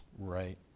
Right